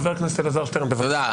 חבר הכנסת אלעזר שטרן, בבקשה.